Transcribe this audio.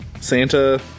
Santa